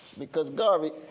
because garvey,